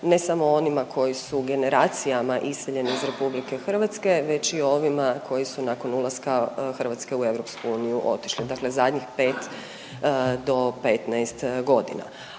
ne samo onima koji su generacijama iseljeni iz RH već i ovima koji su nakon ulaska Hrvatske u EU otišli, dakle zadnjih 5 do 15 godina.